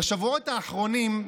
"בשבועות האחרונים,